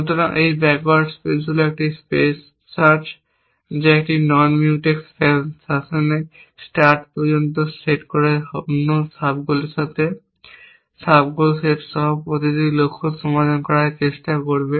সুতরাং এই backward space হল একটি সার্চ স্পেস যা একটি নন মিউটেক্স ফ্যাশনে স্টার্ট পর্যন্ত সেট করা অন্য সাব গোলের সাথে সাব গোল সেট সহ প্রতিটি লক্ষ্য সমাধান করার চেষ্টা করবে